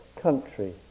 country